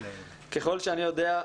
ככל שאני יודע,